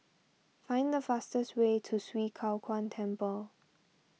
find the fastest way to Swee Kow Kuan Temple